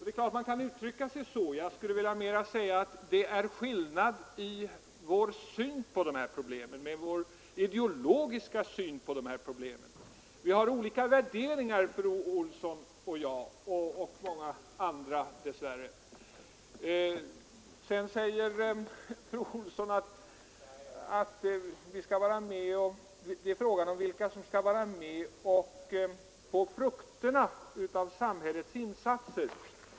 Man kan naturligtvis uttrycka sig så. Jag skulle hellre vilja säga att det är en skillnad i vår ideologiska syn på dessa problem. Vi har olika värderingar, fru Olsson och jag och många andra, dess värre. Sedan säger fru Olsson i Hölö att det är fråga om vilka som skall vara med och skörda frukterna av samhällets insatser.